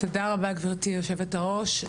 תודה רבה גברתי יושבת הראש.